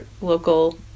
local